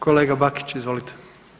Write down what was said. Kolega Bakić, izvolite.